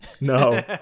No